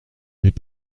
n’est